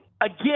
again